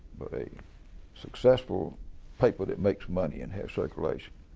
but a successful paper that makes money and has circulation.